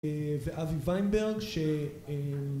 ואבי ויינברג ש...